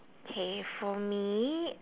K for me